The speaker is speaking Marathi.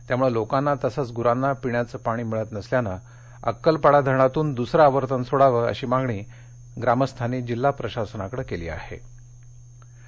त्यामुळे लोकांना तसेच गुरांना पिण्याचं पाणी मिळत नसल्यानं अक्कलपाडा धरणातून दूसरं आवर्तन सोडावं अशी मागणी करीत ग्रामस्थांनी जिल्हा प्रशासनाला काल निवेदन दिलं